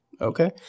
Okay